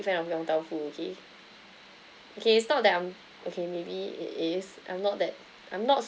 fan of yong tau foo okay okay it's not that I'm okay maybe it is I'm not that I'm not